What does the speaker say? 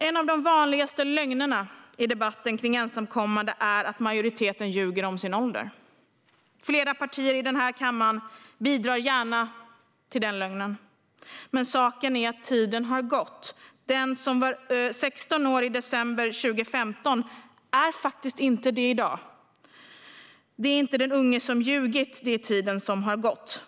En av de vanligaste lögnerna i debatten kring ensamkommande är att majoriteten ljuger om sin ålder. Flera partier i den här kammaren bidrar gärna till den lögnen. Men saken är att tiden har gått. Den som var 16 år i december 2015 är inte det i dag. Det är inte den unge som har ljugit, utan det är tiden som har gått.